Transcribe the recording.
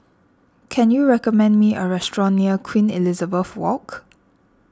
can you recommend me a restaurant near Queen Elizabeth Walk